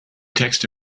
text